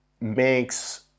makes